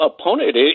opponent